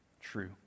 true